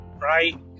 right